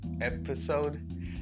episode